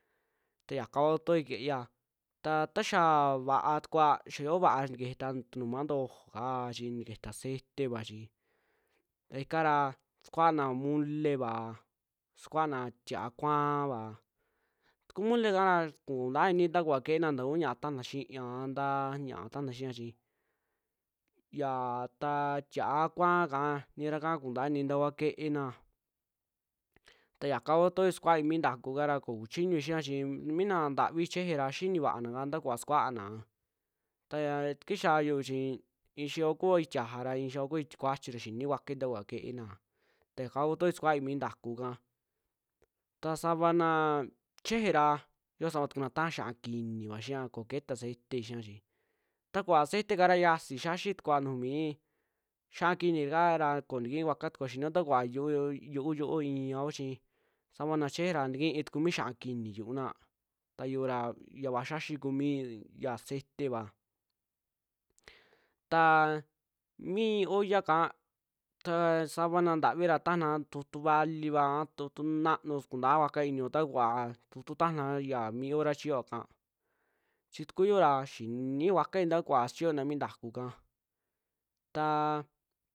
Ta yaka kua kutooi ke'eia, ta xaa vaatukua xaa xio vaa nikeje nta tunumantojo ka chi niketa ceteva chi, ra ikara sukuaana moleva, sukuaana tia'a kuaava, ta ku molekara ko kuntaa inii ntakuva keena taa kuu ñaa tajana xiaa a ntaa ña'a tajana xia chi, ya ta tia'a kuaa ika niraka koo kuntaini ntaa kua keena, tayaka kua kutooi sukuaai mi ntakukara koo kuchiñui xiaa chi miina ntavi chejera xinii vaana naka ntaa kuvaa sukuaana taa takixaa xoo chi i'i xiyo kui tiajara i'i xiyo kui tie kuachi ra xinikuakuai ta kuva keena, ta yaka kua kutoy kasuaai mi ntakuu kaa, ta savana chejee ra yo sabatukuna taja xi'aa kiniva xii koo ketaa ceite xia chi, ta kuvaa cete ka ra yiasii xaxi tukua nuju mii xia'a kini kaara koo ntikii kuakua tukua, xinio nta kuva yu'u, yu'u iiao chi savana cheje ra ntikii tuku mi xia'a kini yuuna, ta yu'u ra ya vaa xiaxi kuu yaa ceteva, taa mi olla ka ta sava naa ntavira tajana tu'tu valiva a tu'tu nanu su kuntaa kuakua inioo ta kuvaa tu'tu tajana ya mi hora chiyo vakaa, chi tuku yu'ura xini vuakai taa kuvaa sichiyona mi ntakuu kaa taa.